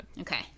Okay